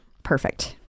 Perfect